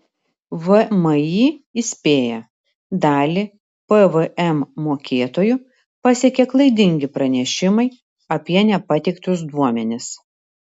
vmi įspėja dalį pvm mokėtojų pasiekė klaidingi pranešimai apie nepateiktus duomenis